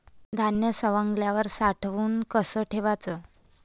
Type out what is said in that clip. धान्य सवंगल्यावर साठवून कस ठेवाच?